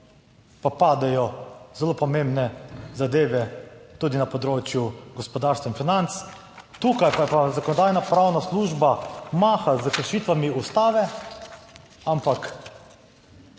pa padejo zelo pomembne zadeve tudi na področju gospodarstva in financ, tukaj pa je pa Zakonodajno-pravna služba maha s kršitvami Ustave, ampak